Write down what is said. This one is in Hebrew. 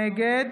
נגד